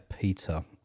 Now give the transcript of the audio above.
Peter